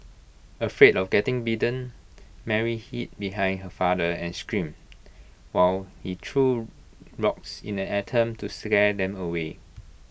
afraid of getting bitten Mary hid behind her father and screamed while he threw rocks in an attempt to scare them away